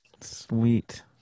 Sweet